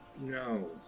no